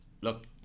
look